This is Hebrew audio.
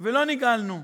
ולא נגאלנו,